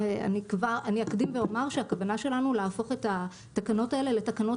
אני אקדים ואומר שהכוונה שלנו להפוך את התקנות האלה לתקנות